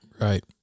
Right